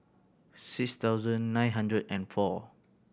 six thousand nine hundred and four